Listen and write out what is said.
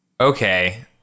Okay